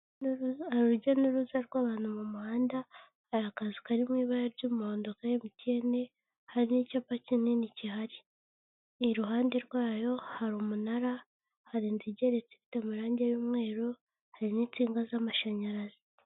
Urujya n'uruza rw'abantu mu muhanda, hari akazu karimo ibara ry'umuhondo ka MTN hari n'icyapa kinini gihari, iruhande rwayo; hari umunara, hari inzu igeretse ifite amarangi y'umweru, hari n'insinga z'amashanyarazi.